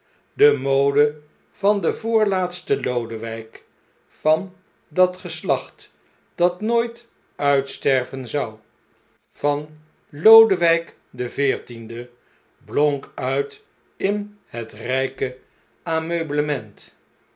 de mode van de voorlaatste lodewp van dat geslacht dat nooit uitsterven zou van lodewijk den veertiende blonk uit in het rjjke ameublement